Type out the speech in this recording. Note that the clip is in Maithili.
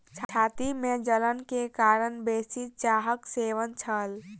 छाती में जलन के कारण बेसी चाहक सेवन छल